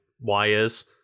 wires